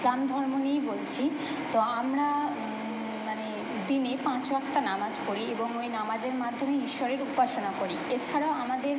ইসলাম ধর্ম নিয়েই বলছি তো আমরা মানে দিনে পাঁচ ওয়াক্ত নামাজ পড়ি এবং ওই নামাজে মাধ্যমেই ঈশ্বরের উপাসনা করি এছাড়াও আমাদের